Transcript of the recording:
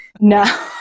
No